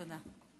תודה.